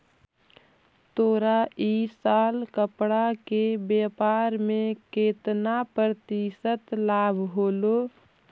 तोरा इ साल कपड़ा के व्यापार में केतना प्रतिशत लाभ होलो?